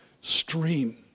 stream